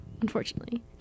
unfortunately